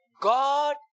God